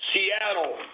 Seattle